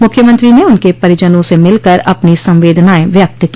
मुख्यमंत्री ने उनके परिजनों से मिलकर अपनी संवेदनाएं व्यक्त की